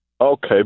Okay